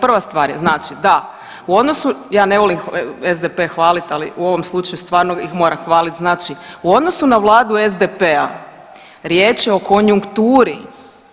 Prva stvar je da u odnosu, ja ne volim SDP hvalit, ali u ovom slučaju stvarno ih moram hvalit znači u odnosu na vladu SDP-a riječ je o konjunkturi,